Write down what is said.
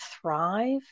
thrive